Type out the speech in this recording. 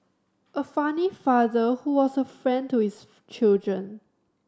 a funny father who was a friend to his children